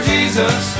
Jesus